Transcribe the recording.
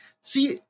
See